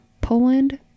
Poland